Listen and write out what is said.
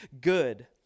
good